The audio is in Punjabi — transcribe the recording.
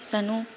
ਸਾਨੂੰ